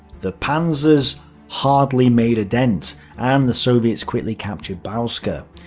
the panzers hardly made a dent and the soviets quickly captured bauska.